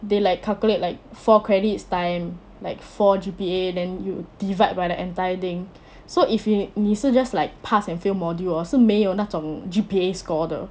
they like calculate like four credits time like four G_P_A then you divide by the entire thing so if you 你是 just like pass and fail module 是没有那种 G_P_A score 的